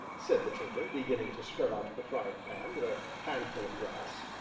said the tinker, beginning to scrub out the frying-pan with a handful of grass,